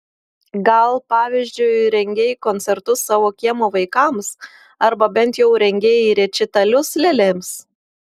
gal pavyzdžiui rengei koncertus savo kiemo vaikams arba bent jau rengei rečitalius lėlėms